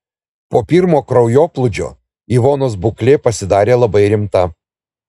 po pirmo kraujoplūdžio ivonos būklė pasidarė labai rimta